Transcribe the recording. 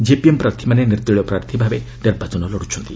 JPM ପ୍ରାର୍ଥୀମାନେ ନିର୍ଦଳିୟ ପ୍ରାର୍ଥୀ ଭାବେ ନିର୍ବାଚନ ଲଢୁଛନ୍ତି